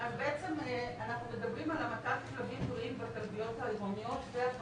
בעצם אנחנו מדברים על המתת כלבים בריאים בכלביות העירוניות והפרטיות,